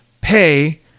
pay